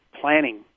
planning